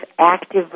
active